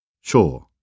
Sure